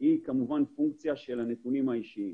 היא כמובן פונקציה של הנתונים האישיים.